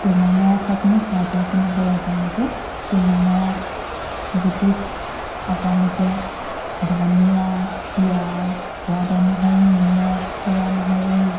টেঙামৰাৰ চাটনি খাই পাইছেনে বাৰু আপোনালোকে টেঙামৰাৰ গুটিত আপোনালোকে ধনিয়া পিঁয়াজ সোৱাদ অনুসৰি নিমখ পোৰা নহৰু